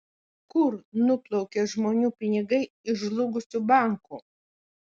kur nuplaukė žmonių pinigai iš žlugusių bankų